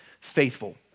faithful